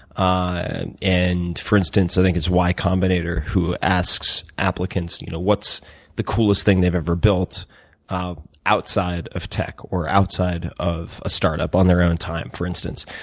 and and for instance, i think it's y combinator who asks applicants you know what's the coolest thing they've ever built outside of tech, or outside of a startup, on their own time, for instance.